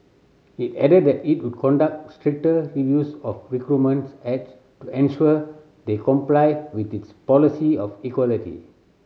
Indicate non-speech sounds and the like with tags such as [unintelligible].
it added that it would conduct stricter reviews of recruitment [unintelligible] ads to ensure they complied with its policy of equality